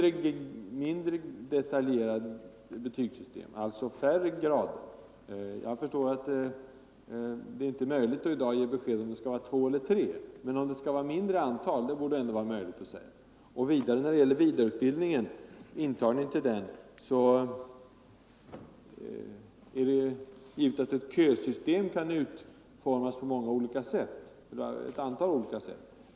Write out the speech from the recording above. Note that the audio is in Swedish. betygsättningmindre detaljerat betygssystem, alltså ett färre antal grader. Jag förstår — en inom sjuksköteratt det i dag inte är möjligt att ge besked om det skall vara två eller — skeutbildningen tre grader, men det borde ändå vara möjligt att ge besked om att det skall bli på den nivån. När det sedan gäller intagningen för vidareutbildning är det givet att ett kösystem kan utformas på ett antal olika sätt.